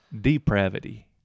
depravity